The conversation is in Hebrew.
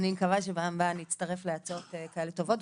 אני מקווה שבפעם הבאה אני אצטרף להצעות כאלה טובות.